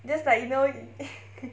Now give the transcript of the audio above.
that's like you know